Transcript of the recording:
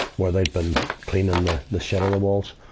where they'd been cleaning the the shit on the walls.